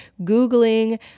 Googling